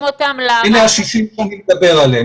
אלה ה-60 שאני מדבר עליהם.